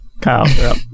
Kyle